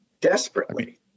desperately